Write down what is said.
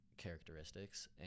characteristics